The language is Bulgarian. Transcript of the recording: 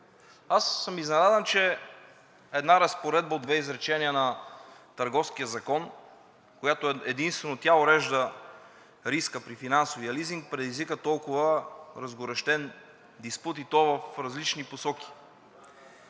Аз съм изненадан, че една разпоредба от две изречения на Търговския закон, която единствено урежда риска при финансовия лизинг, предизвика толкова разгорещен диспут, и то в различни посоки.